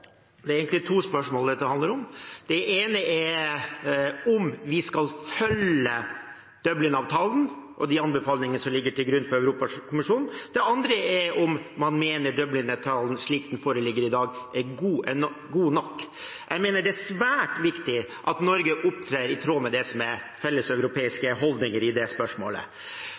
Det er egentlig to spørsmål dette handler om. Det ene er om vi skal følge Dublin-avtalen og de anbefalingene som ligger til grunn fra Europakommisjonen. Det andre er om man mener Dublin-avtalen slik den foreligger i dag, er god nok. Jeg mener det er svært viktig at Norge opptrer i tråd med felles europeiske holdninger i det spørsmålet.